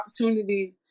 opportunity